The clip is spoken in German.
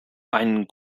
ein